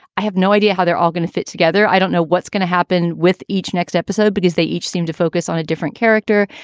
i have no idea how they're all going to fit together. i don't know what's going to happen with each next episode because they each seem to focus on a different character.